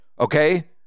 okay